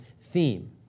theme